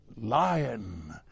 lion